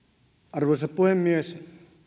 arvoisa puhemies